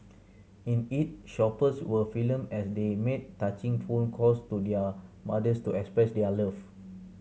in it shoppers were filmed as they made touching phone calls to their mothers to express their love